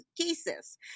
cases